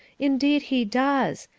indeed he does.